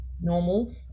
normal